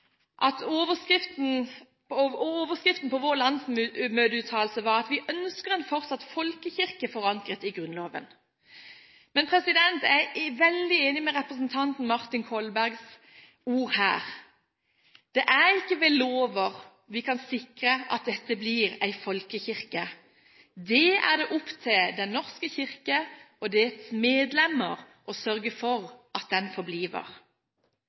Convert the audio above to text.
og overskriften på vår landsmøteuttalelse var – at vi ønsker en fortsatt folkekirke forankret i Grunnloven. Men jeg er veldig enig i representanten Martin Kolbergs ord her, at det er ikke ved lover vi kan sikre at dette blir en folkekirke. Det er det opp til Den norske kirke og dets medlemmer å sørge for at den